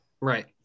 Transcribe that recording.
Right